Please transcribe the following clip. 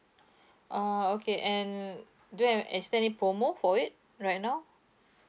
oh okay and do you have is there any promo for it right now